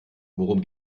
worum